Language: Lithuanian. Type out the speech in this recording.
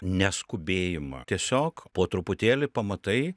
neskubėjimą tiesiog po truputėlį pamatai